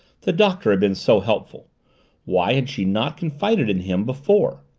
the doctor had been so helpful why had she not confided in him before?